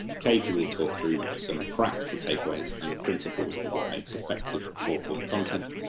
katie will talk through some practical take-aways and the principles of what makes effective short form content,